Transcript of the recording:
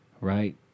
Right